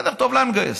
טוב להם לגייס.